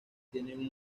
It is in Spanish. tienen